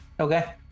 Okay